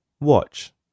Watch